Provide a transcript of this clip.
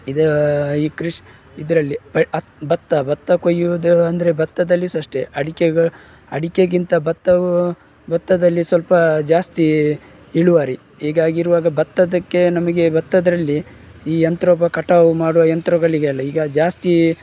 ಇದು ಈ ಕೃಷಿ ಇದರಲ್ಲಿ ಪೇ ಅತ ಭತ್ತ ಭತ್ತ ಕೊಯ್ಯುವುದು ಅಂದರೆ ಭತ್ತದಲ್ಲಿಯೂ ಸಹ ಅಷ್ಟೆ ಅಡಿಕೆಗೆ ಅಡಿಕೆಗಿಂತ ಭತ್ತವು ಭತ್ತದಲ್ಲಿ ಸ್ವಲ್ಪ ಜಾಸ್ತಿ ಇಳುವರಿ ಹೀಗಾಗಿರುವಾಗ ಭತ್ತದ್ದಕ್ಕೆ ನಮಗೆ ಭತ್ತದರಲ್ಲಿ ಈ ಯಂತ್ರೋಪ ಕಟಾವು ಮಾಡುವ ಯಂತ್ರಗಳಿಗೆಲ್ಲ ಈಗ ಜಾಸ್ತಿ